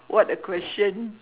what a question